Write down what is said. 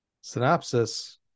Synopsis